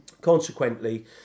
consequently